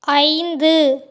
ஐந்து